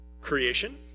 Creation